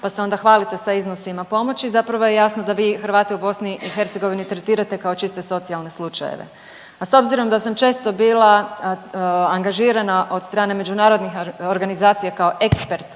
pa se onda hvalite sa iznosima pomoći zapravo je jasno da vi Hrvate u BiH tretirate kao čiste socijalne slučajeve. A s obzirom da sam često bila angažirana od strane međunarodnih organizacija kao ekspert